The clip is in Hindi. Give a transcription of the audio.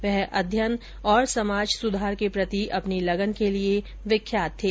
वह अध्ययन और समाज सुधार के प्रति अपनी लगन के लिए विख्यात थे